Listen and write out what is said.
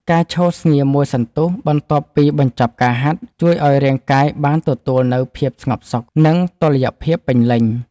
ការឈរស្ងៀមមួយសន្ទុះបន្ទាប់ពីបញ្ចប់ការហាត់ ជួយឱ្យរាងកាយបានទទួលនូវភាពស្ងប់សុខ និងតុល្យភាពពេញលេញ។